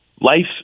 life